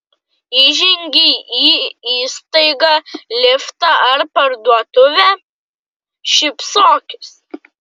įžengei į įstaigą liftą ar parduotuvę šypsokis